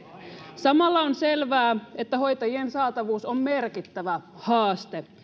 samalla on selvää että hoitajien saatavuus on merkittävä haaste